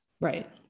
Right